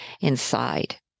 inside